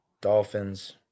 dolphins